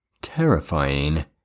terrifying